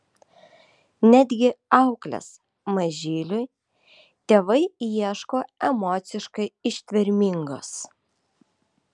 netgi auklės mažyliui tėvai ieško emociškai ištvermingos